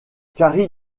carrie